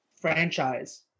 franchise